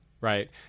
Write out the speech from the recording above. right